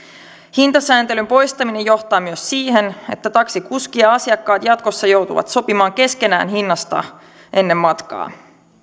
hintasääntelyn poistaminen johtaa myös siihen että taksikuski ja asiakkaat jatkossa joutuvat sopimaan keskenään hinnasta ennen matkaa